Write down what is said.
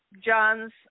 John's